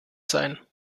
sein